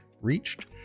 Reached